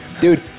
Dude